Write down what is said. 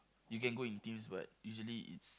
you can go in teams but usually it's